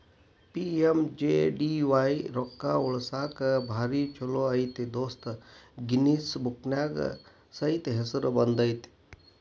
PMJDY ರೊಕ್ಕಾ ಉಳಸಾಕ ಭಾರಿ ಛೋಲೋ ಐತಿ ದೋಸ್ತ ಗಿನ್ನಿಸ್ ಬುಕ್ನ್ಯಾಗ ಸೈತ ಹೆಸರು ಬಂದೈತಿ